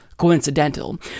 Coincidental